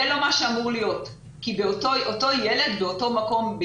זה לא מה שאמור להיות כי אותו ילד באותו מקום,